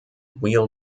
wheel